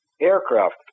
aircraft